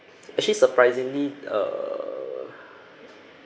actually surprisingly err